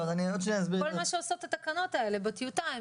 כל מה שעושות התקנות האלה בטיוטה,